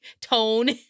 tone